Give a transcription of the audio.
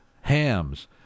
hams